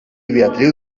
beatriu